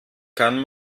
kann